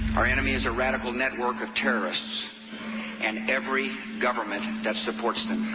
our enemy is a radical network of terrorists and every government that supports them.